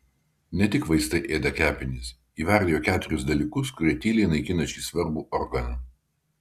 ne tik vaistai ėda kepenis įvardijo keturis dalykus kurie tyliai naikina šį svarbų organą